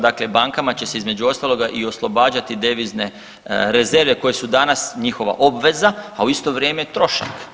Dakle, bankama će se između ostaloga i oslobađati devizne rezerve koje su danas njihova obveza, a u isto vrijeme i trošak.